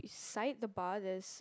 side of the bar there's